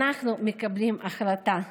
אנחנו מקבלים החלטה.